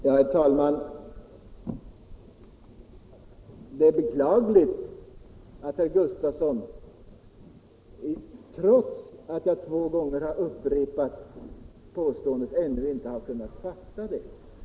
Herr talman! Det är beklagligt att herr Gustavsson i Alvesta, trots att jag två gånger har upprepat påståendet, inte har kunnat fatta det.